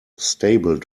stable